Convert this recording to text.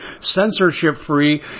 censorship-free